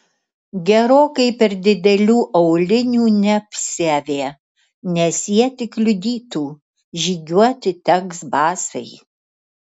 gerokai per didelių aulinių neapsiavė nes jie tik kliudytų žygiuoti teks basai